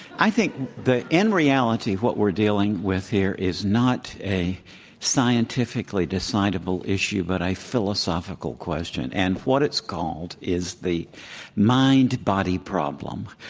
i think the end reality, what we're dealing with here is not a scientifically decidable issue, but a philosophical question. and what it's called is the mind-body problem,